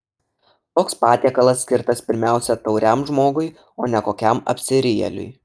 toks patiekalas skirtas pirmiausia tauriam žmogui o ne kokiam apsirijėliui